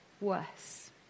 worse